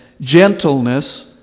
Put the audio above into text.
gentleness